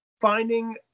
finding